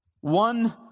one